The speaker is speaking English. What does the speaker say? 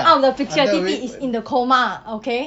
out of the picture 弟弟 is in the coma okay